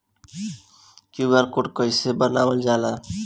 QR code कइसे बनवाल जाला?